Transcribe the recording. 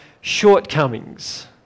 shortcomings